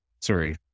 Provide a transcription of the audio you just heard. sorry